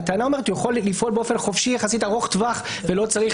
הטענה אומרת: הוא יכול לפעול באופן חופשי יחסית ארוך טווח ולא צריך